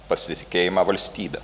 pasitikėjimą valstybe